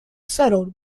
settled